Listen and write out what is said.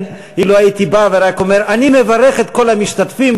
אילו הייתי בא ורק אומר: אני מברך את כל המשתתפים,